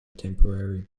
temporary